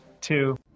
two